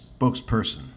spokesperson